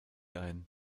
ein